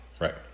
Right